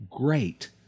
great